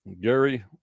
Gary